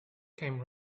came